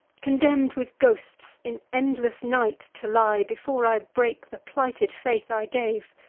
condemn'd with ghosts in endless night to lie, before i break the plighted faith i gave!